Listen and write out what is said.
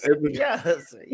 Yes